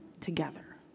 together